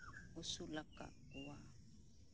ᱟᱹᱥᱩᱞ ᱟᱠᱟᱫ ᱠᱚᱣᱟ